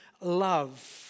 love